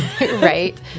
right